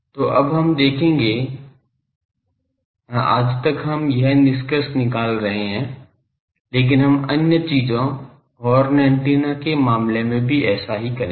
तो अब हम देखेंगे आज तक हम यह निष्कर्ष निकाल रहे हैं लेकिन हम अन्य चीजों हॉर्न एंटेना के मामले में भी ऐसा ही करेंगे